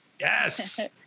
Yes